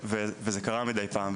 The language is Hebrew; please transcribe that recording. וזה קרה מדי פעם,